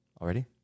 Already